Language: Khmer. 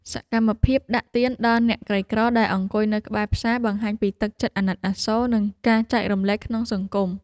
សកម្មភាពដាក់ទានដល់អ្នកក្រីក្រដែលអង្គុយនៅក្បែរផ្សារបង្ហាញពីទឹកចិត្តអាណិតអាសូរ និងការចែករំលែកក្នុងសង្គម។